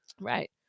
Right